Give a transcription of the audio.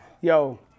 Yo